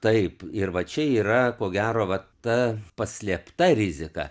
taip ir va čia yra ko gero vata paslėpta rizika